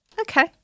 Okay